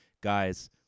Guys